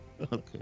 Okay